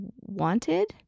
wanted